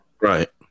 Right